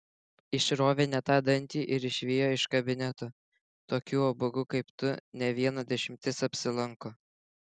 išrovė ne tą dantį ir išvijo iš kabineto tokių ubagų kaip tu ne viena dešimtis apsilanko